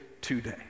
today